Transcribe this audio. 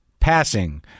passing